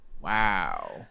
Wow